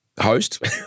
host